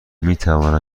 میتوانم